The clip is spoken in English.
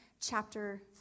chapter